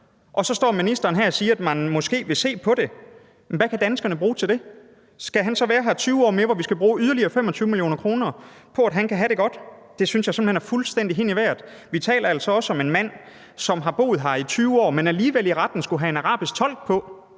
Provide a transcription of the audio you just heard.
og så står ministeren her og siger, at man måske vil se på det. Hvad kan danskerne bruge det til? Skal han så være her 20 år mere, hvor vi skal bruge yderligere 25 mio. kr. på, at han kan have det godt? Det synes jeg simpelt hen er fuldstændig hen i vejret. Vi taler altså også om en mand, som har boet her i 20 år, men alligevel i retten skulle have en arabisk tolk på.